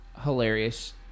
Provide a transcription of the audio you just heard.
Hilarious